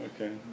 Okay